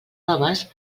noves